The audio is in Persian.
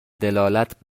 دلالت